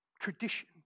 tradition